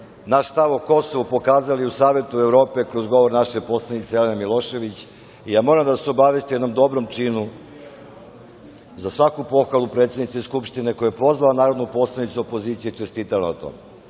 naš stav o Kosovu pokazali u Savetu Evrope kroz govor naše poslanice Jelene Milošević i ja moram da vas obavestim o jednom dobrom činu, za svaku pohvalu predsednice Skupštine koja je pozvala narodnu poslanicu opozicije i čestitala na tome